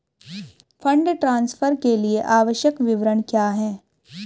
Fund transfer के लिए आवश्यक विवरण क्या हैं?